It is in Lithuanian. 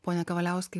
pone kavaliauskai